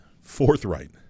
forthright